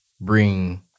bring